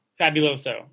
Fabuloso